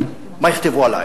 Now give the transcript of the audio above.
מה יכתבו עלי,